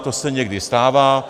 To se někdy stává.